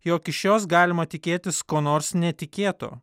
jog iš jos galima tikėtis ko nors netikėto